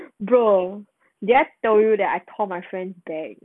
bro did I tell you that I tore my friend bag